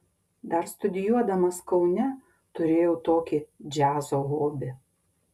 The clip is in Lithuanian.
dar studijuodamas kaune turėjau tokį džiazo hobį